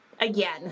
again